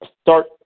start